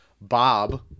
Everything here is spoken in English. Bob